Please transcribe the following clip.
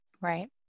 Right